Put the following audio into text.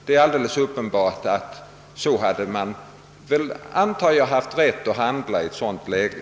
Det är väl uppenbart att man skulle ha rätt att handla så i ett dylikt läge.